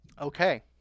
okay